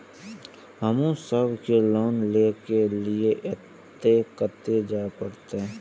हमू सब के लोन ले के लीऐ कते जा परतें?